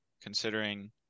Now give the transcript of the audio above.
considering